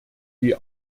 die